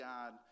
God